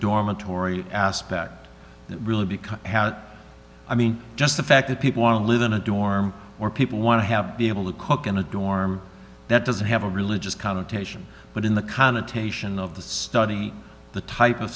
dormitory aspect really because i mean just the fact that people want to live in a dorm or people want to have be able to cook in a dorm that doesn't have a religious connotation but in the connotation of the study the type of